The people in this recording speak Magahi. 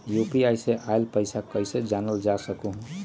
यू.पी.आई से आईल पैसा कईसे जानल जा सकहु?